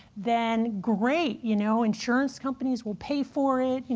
then great. you know insurance companies will pay for it.